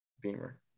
Beamer